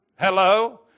hello